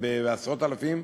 בעשרות אלפים,